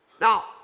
Now